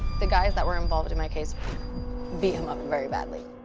the guys that were involved in my case beat him up very badly.